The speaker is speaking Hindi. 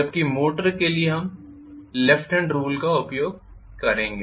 जबकि मोटर के लिए हम लेफ्ट हॅंड रूल का उपयोग करेंगे